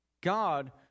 God